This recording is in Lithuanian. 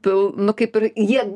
pil nu kaip ir jie